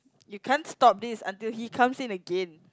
you can't stop this until he comes in again